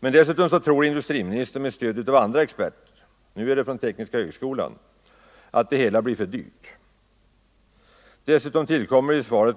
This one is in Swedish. Men dessutom tror industriministern, med stöd av andra experter —- nu från Tekniska högskolan — att ett sådant temperaturmätningsprojekt skulle bli för dyrt.